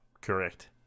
Correct